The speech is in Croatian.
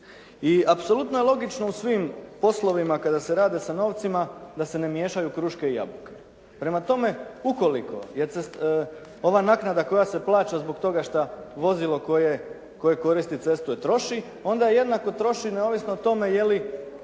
I apsolutno je logično u svim poslovima kada se radi sa novcima da se ne miješaju kruške i jabuke. Prema tome, ukoliko jer se ova naknada koja se plaća zbog toga šta vozilo koje koristi cestu je troši onda jednako troši neovisno o tome je li